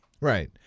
right